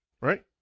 right